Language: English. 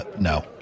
no